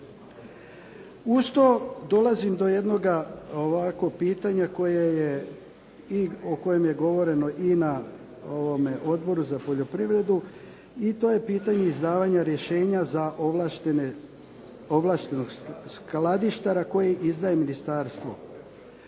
Uz to dolazim do jednoga ovako pitanja koja je i o kojem je govoreno i na Odboru za poljoprivredu i to je pitanje izdavanja rješenja za ovlaštenog skladištara koji izdaje ministarstvo.